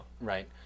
Right